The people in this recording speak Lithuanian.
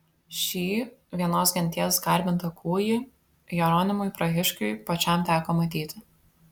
šį vienos genties garbintą kūjį jeronimui prahiškiui pačiam teko matyti